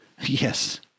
Yes